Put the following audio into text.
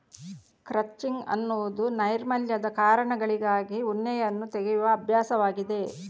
crutching ಎನ್ನುವುದು ನೈರ್ಮಲ್ಯದ ಕಾರಣಗಳಿಗಾಗಿ ಉಣ್ಣೆಯನ್ನು ತೆಗೆಯುವ ಅಭ್ಯಾಸವಾಗಿದೆ